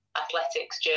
athletics